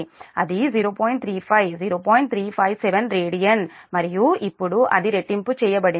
357 radian మరియు ఇప్పుడు అది రెట్టింపు చేయబడింది